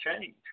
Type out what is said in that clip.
change